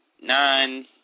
nine